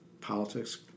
politics